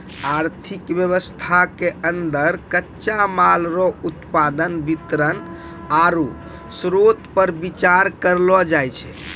आर्थिक वेवस्था के अन्दर कच्चा माल रो उत्पादन वितरण आरु श्रोतपर बिचार करलो जाय छै